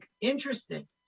interesting